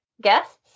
guests